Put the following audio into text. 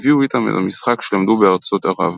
הביאו איתם את המשחק שלמדו בארצות ערב.